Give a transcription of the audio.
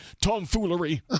tomfoolery